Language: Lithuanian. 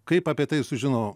kaip apie tai sužino